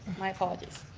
my apologies.